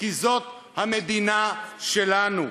כי זאת המדינה שלנו.